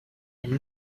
elle